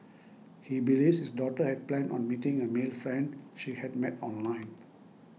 he believes his daughter had planned on meeting a male friend she had met online